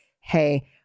Hey